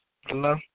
Hello